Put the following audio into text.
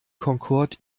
concorde